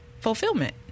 fulfillment